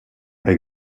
est